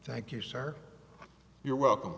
thank you sir you're welcome